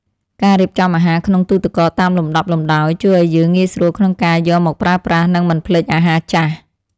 ការរៀបចំអាហារក្នុងទូរទឹកកកតាមលំដាប់លំដោយ ជួយឱ្យយើងងាយស្រួលក្នុងការយកមកប្រើប្រាស់និងមិនភ្លេចអាហារចាស់។